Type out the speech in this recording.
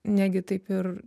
negi taip ir